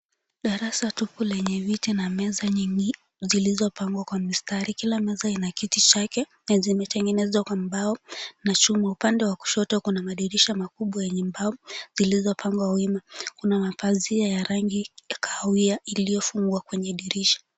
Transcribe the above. Darasa tupu lenye viti na meza nyingi zilizopangwa kwa mistari kila meza ina kiti chake na zimetengenzwa kwa mbao na chuma. Upande wa kushoto kuna madirisha makubwa yenye mbao zilizopangwa wima. Kuna mapazia ya rangi kahawia iliyofungwa kwenye dirisha.